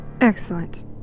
Excellent